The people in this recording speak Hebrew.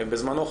בזמנו,